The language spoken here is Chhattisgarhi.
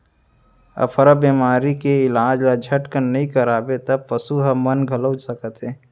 अफरा बेमारी के इलाज ल झटकन नइ करवाबे त पसू हर मन घलौ सकत हे